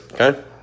okay